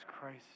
Christ